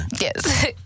Yes